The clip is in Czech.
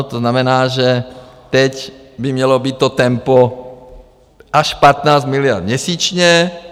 To znamená, že teď by mělo být to tempo až 15 miliard měsíčně.